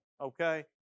okay